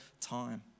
time